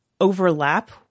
overlap